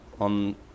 on